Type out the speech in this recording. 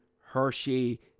hershey